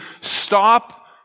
stop